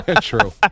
True